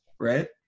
right